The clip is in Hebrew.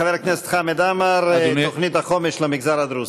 חבר הכנסת חמד עמאר: תוכנית החומש למגזר הדרוזי.